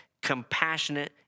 compassionate